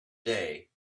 day